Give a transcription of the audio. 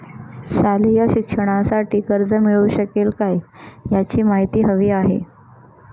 शालेय शिक्षणासाठी कर्ज मिळू शकेल काय? याची माहिती हवी आहे